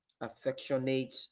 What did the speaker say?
affectionate